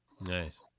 Nice